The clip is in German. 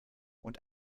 und